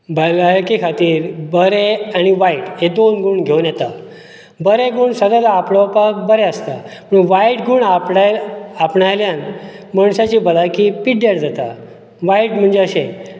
भलायके खातीर बरें आनी वायट हे दोन गूण घेवन येतात बरें बूण सदांच आपणोवपाक बरें आसतात पूण वायट गूण आपणाय आपणाल्यान मनशाची भलायकी पिड्ड्यार जाता वायट म्हणजे अशें